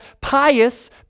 pious